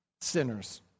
sinners